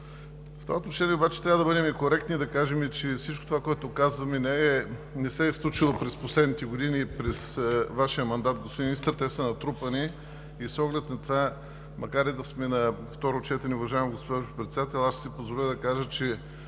В това отношение обаче трябва да бъдем коректни и да кажем, че всичко това, което казваме, не се е случило през последните години и през Вашия мандат, господин Министър, а е натрупано. Макар и да сме на второ четене, уважаема госпожо Председател, аз ще си позволя да кажа, че